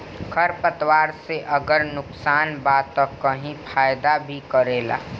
खर पतवार से अगर नुकसान बा त कही फायदा भी करेला